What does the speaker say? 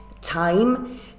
time